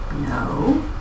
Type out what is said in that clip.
No